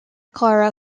clara